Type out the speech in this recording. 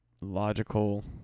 logical